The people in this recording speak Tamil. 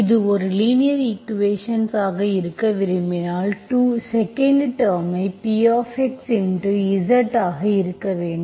இது ஒரு லீனியர் ஈக்குவேஷன் ஆக இருக்க விரும்பினால் 2nd டேர்ம்ஐ Px Z ஆக இருக்க வேண்டும்